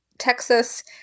texas